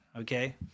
okay